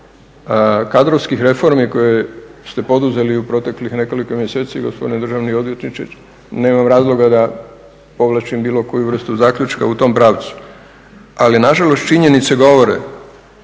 kadrovskih reforma koje se poduzeli u proteklih nekoliko mjeseci gospodine državni odvjetniče. Nemam razloga da povlačim bilo koju vrstu zaključka u tom pravcu, ali nažalost činjenice govore